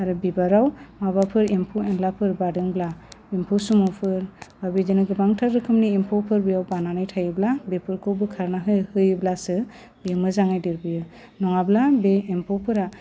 आरो बिबाराव माबाफोर एम्फौ एनलाफोर बादोंब्ला एम्फौ सुमुफोर बा बिदिनो गोबांथार रोखोमनि एम्फौफोर बेयाव बानानै थायोब्ला बेफोरखौ बोखारनो हो होयोब्लासो बे मोजाङै देरबोयो नङाब्ला बे एम्फौफोरा